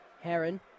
Heron